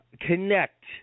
connect